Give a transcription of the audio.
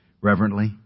reverently